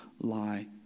lie